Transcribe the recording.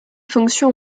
fonctions